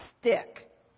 stick